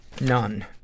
None